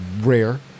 Rare